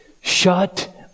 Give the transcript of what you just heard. Shut